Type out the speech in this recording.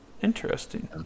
Interesting